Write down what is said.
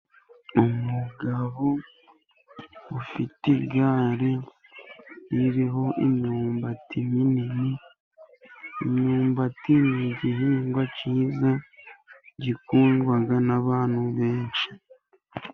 Umugabo ufite igare ririho imyumbati minini, imyumbati ni igihingwa cyiza, gikundwa n'abantu benshi.